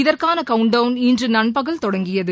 இதற்கான கவுன்டவுன் இன்று நண்பகல் தொடங்கியது